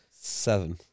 seven